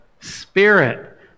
Spirit